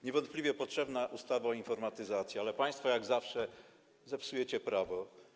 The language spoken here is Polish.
Niewątpliwie potrzebna jest ustawa o informatyzacji, ale państwo, jak zawsze, zepsujecie prawo.